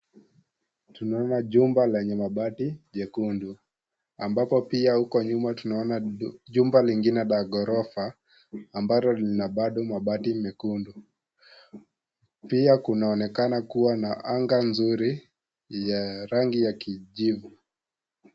Tunaona jumba lenye mabati jekundu ambapo pia huko nyuma tunaona jumba ingine la gorofa ambalo lina bado mabati mekundu, pia kunaonekana kuwa na anga nzuri ya rangi ya kijivu.